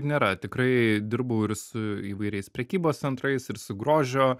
nėra tikrai dirbau ir su įvairiais prekybos centrais ir su grožio